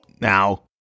Now